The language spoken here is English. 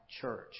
church